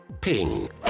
Ping